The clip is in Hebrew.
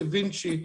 דה וינצ’י.